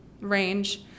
range